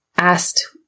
asked